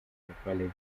contemporary